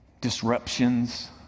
disruptions